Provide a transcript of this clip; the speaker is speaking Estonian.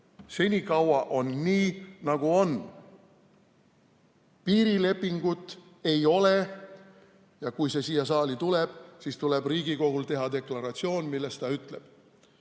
Senikaua on nii, nagu on. Piirilepingut ei ole. Ja kui see siia saali tuleb, siis tuleb Riigikogul teha deklaratsioon, milles ta ütleb: